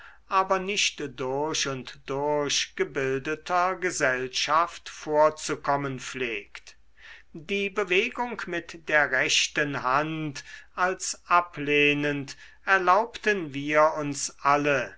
aber nicht durch und durch gebildeter gesellschaft vorzukommen pflegt die bewegung mit der rechten hand als ablehnend erlaubten wir uns alle